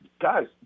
guys